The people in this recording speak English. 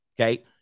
Okay